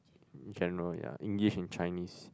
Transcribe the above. general ya English and Chinese